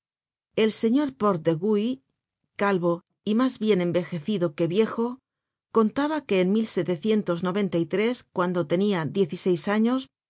el señor port de guy calvo y mas bien envejecido que viejo contabaque en cuando tenia diez y seis años